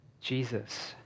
Jesus